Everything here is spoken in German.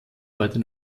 heute